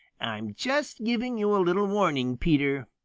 i'm just giving you a little warning, peter.